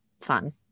fun